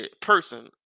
person